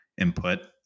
input